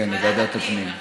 כן, לוועדת הפנים.